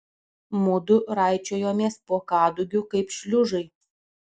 mudu raičiojomės po kadugiu kaip šliužai